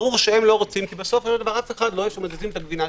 ברור שהם לא רוצים כי אף אחד לא אוהב שנעשים שינויים.